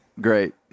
Great